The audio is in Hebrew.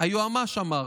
היועמ"ש אמר: